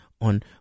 on